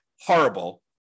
horrible